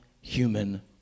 human